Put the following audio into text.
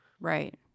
Right